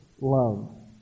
love